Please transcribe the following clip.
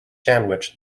sandwich